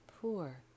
poor